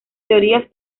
teorías